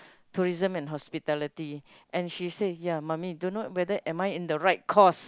tourism and hospitality and she say ya mummy don't know whether am I in the right course